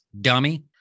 Dummy